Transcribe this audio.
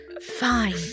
Fine